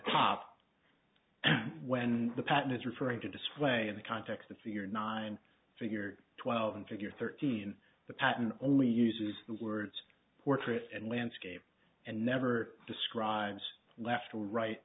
top when the pattern is referring to display in the context of figure nine figure twelve and figure thirteen the pattern only uses the words portrait and landscape and never describes left or right